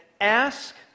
ask